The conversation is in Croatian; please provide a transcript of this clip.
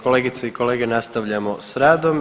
kolegice i kolege nastavljamo s radom.